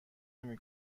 نمی